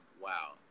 wow